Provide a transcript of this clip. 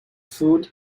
food